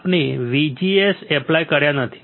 આપણે VGS apply કર્યા નથી